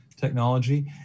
technology